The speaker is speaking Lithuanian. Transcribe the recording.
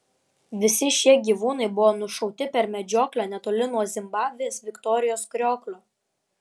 visi šie gyvūnai buvo nušauti per medžioklę netoli nuo zimbabvės viktorijos krioklio